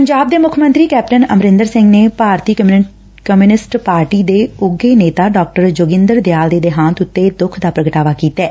ਪੰਜਾਬ ਦੇ ਮੁੱਖ ਮੰਤਰੀ ਕੈਪਟਨ ਅਮਰਿੰਦਰ ਸਿੰਘ ਨੇ ਭਾਰਤੀ ਕਮਿਉਨਿਸਟ ਪਾਰਟੀ ਦੇ ਉੱਘੇ ਨੇਤਾ ਡਾ ਜੋਗਿੰਦਰ ਦਿਆਲ ਦੇ ਦੇਹਾਂਤ ਉਤੇ ਦੁੱਖ ਦਾ ਪ੍ਰਗਟਾਵਾ ਕੀਤੈ